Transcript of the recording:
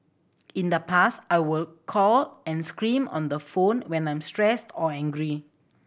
in the past I will call and scream on the phone when I'm stressed or angry